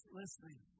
listening